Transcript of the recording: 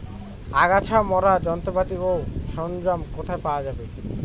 আগাছা মারার যন্ত্রপাতি ও সরঞ্জাম কোথায় পাওয়া যাবে?